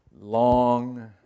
long